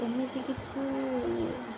ଏମିତି କିଛି